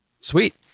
Sweet